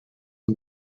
amb